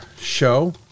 show